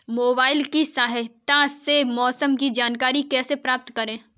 Mobile की सहायता से मौसम की जानकारी कैसे प्राप्त करें?